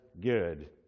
good